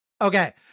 Okay